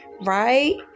right